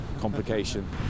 complication